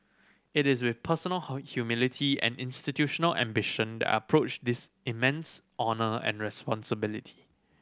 it is with personal humility and institutional ambition that I approach this immense honour and responsibility